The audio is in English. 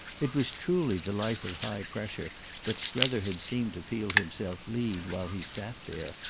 it was truly the life of high pressure that strether had seemed to feel himself lead while he sat there,